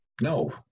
No